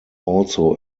also